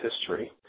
history